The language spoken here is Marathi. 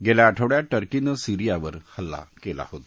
गेल्या आठवडयात टर्कीनं सीरियावर हल्ला केला होता